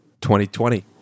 2020